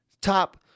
top